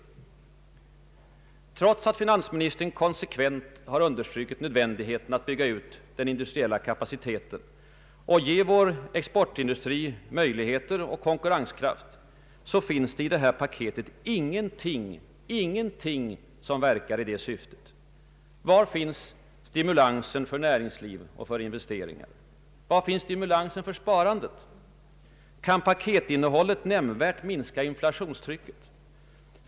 Trots att finansministern konsekvent har understrukit nödvändigheten av att vidga ut den industriella kapaciteten och ge vår exportindustri möjligheter och konkurrenskraft, finns i det här paketet ingenting som verkar i det syftet. Var finns stimulansen för näringsliv och för investeringar? Var finns stimulansen för sparandet? Kan paketinnehållet nämnvärt minska in flationstrycket?